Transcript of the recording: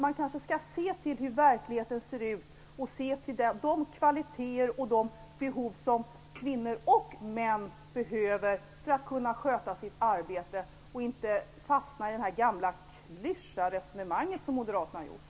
Man kanske skall se till hur verkligheten ser ut och se till de kvaliteter och de behov som kvinnor och män behöver ha tillgodosedda för att kunna sköta sina arbeten i stället för att fastna i gamla klyschor, som moderaterna har gjort.